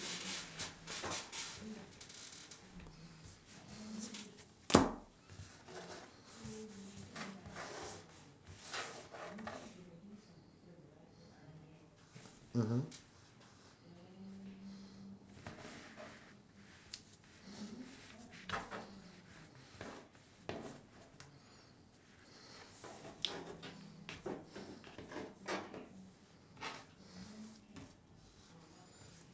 mmhmm